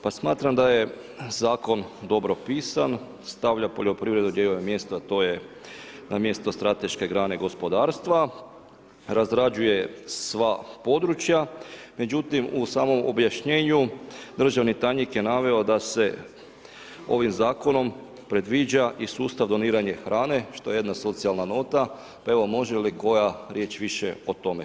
Pa smatram da je zakon dobro pisan, stavlja poljoprivredu gdje joj je mjesto, a to je na mjesto strateške grane gospodarstva, razrađuje sva područja, međutim u samom objašnjenju državni tajnik je naveo da se ovim zakonom predviđa i sustav doniranja hrane što je jedna socijalna nota pa evo može li koja riječ više o tome?